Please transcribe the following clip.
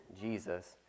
Jesus